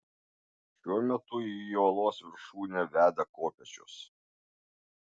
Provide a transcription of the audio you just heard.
šiuo metu į uolos viršūnę veda kopėčios